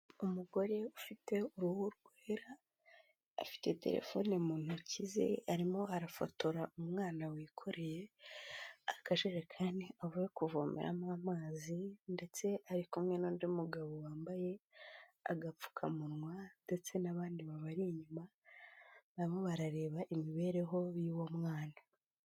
Umugore ufite uruhu rwera, afite telefone mu ntoki ze, arimo arafotora umwana wikoreye akajerekani avuye kuvomeramo amazi, ndetse ari kumwe n'undi mugabo wambaye agapfukamunwa, ndetse n'abandi babari inyuma, na bo barareba imibereho y'uwo mwana.